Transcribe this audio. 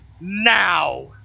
now